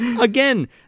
Again